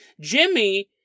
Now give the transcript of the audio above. Jimmy